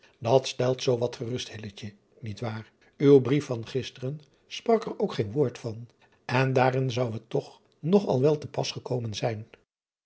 stelt zoo wat gerust niet waar w brief van gisteren sprak er ook geen woord van en daarin zou het toch nog al wel te pas gekomen zijn